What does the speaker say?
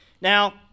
Now